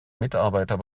mitarbeiter